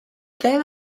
their